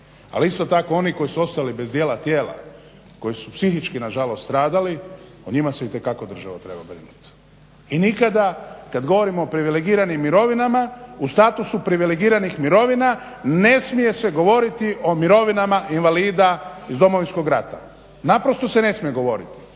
Ali isto tako oni koji su ostali bez dijela tijela koji su psihički nažalost stradali o njima se itekako država treba brinuti. I nikada kada govorimo o privilegiranim mirovinama u statusu privilegiranih mirovina ne smije se govoriti o mirovinama invalida iz Domovinskog rata, naprosto se ne smije govoriti